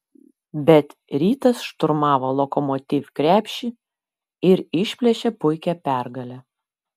bet rytas šturmavo lokomotiv krepšį ir išplėšė puikią pergalę